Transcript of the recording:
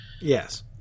yes